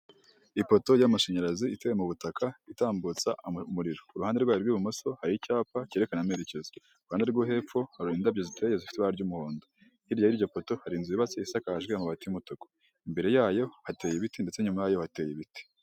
Ipoto y'amashanyarazi iteye mu butaka itambutsa umuriro iruhande rwayo rw'ibumoso hari icyapa cyerekana amerekeza iruhande rwo hepfo hariba indabyo ziteye zifite ibara ry'umuhondo hirya y'iryo poto hari inzu yubatse isakajwe amubati y'umutuku imbere yayo hateye ibiti ndetse n'inyuma yayo hateye ibiti.